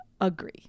agree